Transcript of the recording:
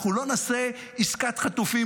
אנחנו לא נעשה עסקת חטופים,